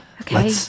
Okay